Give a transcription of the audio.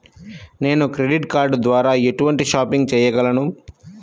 నేను credit card ద్వార ఎటువంటి షాపింగ్ చెయ్యగలను?